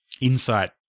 insight